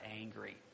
angry